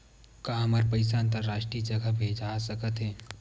का हमर पईसा अंतरराष्ट्रीय जगह भेजा सकत हे?